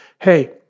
hey